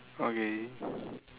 okay